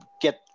get